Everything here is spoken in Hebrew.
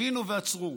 הבינו ועצרו.